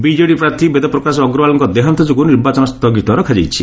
BJD ପ୍ରାର୍ଥୀ ବେଦପ୍ରକାଶ ଅର୍ଗଓ୍ୱାଲଙ୍କ ଦେହାନ୍ତ ଯୋଗୁଁ ନିର୍ବାଚନ ସ୍ଥଗିତ ରଖାଯାଇଛି